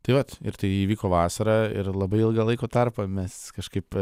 tai vat ir tai įvyko vasarą ir labai ilgą laiko tarpą mes kažkaip